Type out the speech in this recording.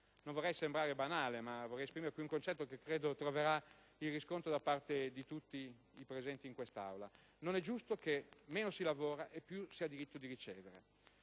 Non vorrei sembrare banale, ma vorrei esprimere qui un concetto che credo troverà il riscontro di tutti in quest'Aula: non è giusto che meno si lavora e più si ha diritto di ricevere.